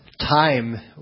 time